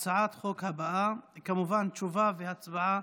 כמובן, תשובה והצבעה